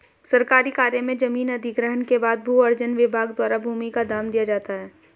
सरकारी कार्य में जमीन अधिग्रहण के बाद भू अर्जन विभाग द्वारा भूमि का दाम दिया जाता है